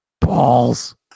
Balls